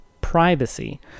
privacy